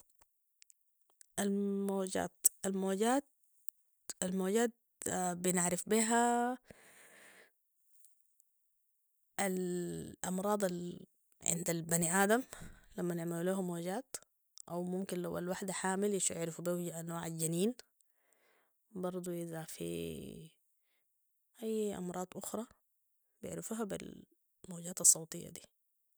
الموجات الموجات الموجات بنعرف بيها الأمراض العند البني آدم لمن يعملوا ليهو موجات أو ممكن لو الوحدة حامل- يعرفو بيو نوع الجنين برضو إذا في أي أمراض أخرى بيعرفوها بالموجات الصوتية دي